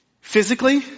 Physically